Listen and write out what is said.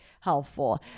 helpful